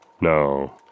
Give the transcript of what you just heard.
No